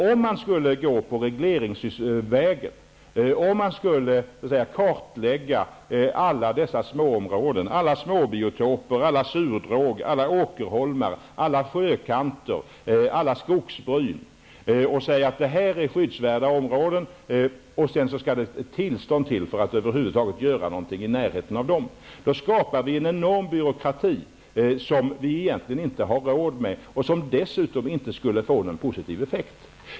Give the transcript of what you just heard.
Om vi skulle välja att gå regleringsvägen och kartlägga alla dessa småområden, alla småbiotoper, alla surdråg, alla åkerholmar, alla sjökanter och alla skogsbryn och säga att detta är skyddsvärda områden och att det skall krävas tillstånd för att man över huvud taget skall få göra något i närheten av dessa områden, då skulle vi skapa en enorm byråkrati, som vi egentligen inte har råd med och som dessutom inte skulle få någon positiv effekt.